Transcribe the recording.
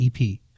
EP